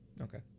Okay